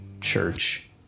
church